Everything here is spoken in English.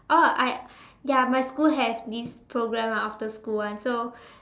oh I ya my school has this program ah after school [one] so